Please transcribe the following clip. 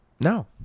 no